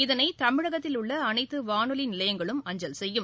இதனை தமிழகத்தில் உள்ள அனைத்து வானொலி நிலையங்களும் அஞ்சல் செய்யும்